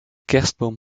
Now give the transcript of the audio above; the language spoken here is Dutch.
kerstboom